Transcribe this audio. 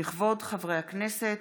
"לכבוד חברי הכנסת,